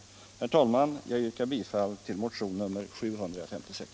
Herr talman! Jag yrkar bifall till motionen 756.